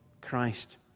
Christ